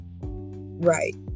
right